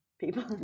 People